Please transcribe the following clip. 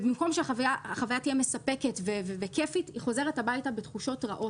ובמקום שהחוויה תהיה מספקת וכיפית היא חוזרת הביתה בתחושות רעות.